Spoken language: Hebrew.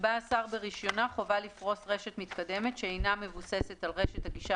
יקבע השר ברישיונה חובה לפרוס רשת מתקדמת שאינה מבוססת על רשת הגישה